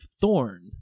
Thorn